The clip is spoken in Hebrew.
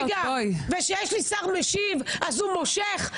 -- ושיש לי שר משיב והוא מושך.